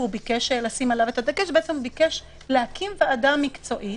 וביקש לשים עליו את הדגש ביקש להקים ועדה מקצועית,